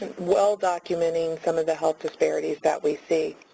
well documenting some of the health disparities that we see.